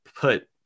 put